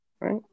Right